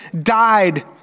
died